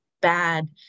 bad